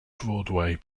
broadway